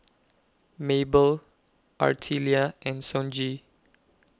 Maebell Artelia and Sonji